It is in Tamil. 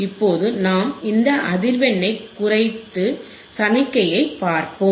இப்போது நாம் இந்த அதிர்வெண்ணைக் குறைத்து சமிக்ஞையை பார்ப்போம்